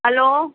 hello